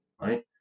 right